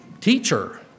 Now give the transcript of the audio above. teacher